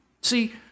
See